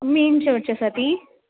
main church आसा ती